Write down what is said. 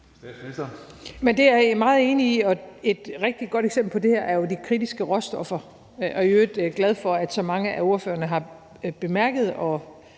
(Mette Frederiksen): Det er jeg meget enig i, og et rigtig godt eksempel på det her er jo de kritiske råstoffer. Jeg er i øvrigt glad for, at så mange af ordførerne har bemærket og